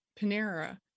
Panera